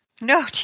No